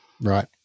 Right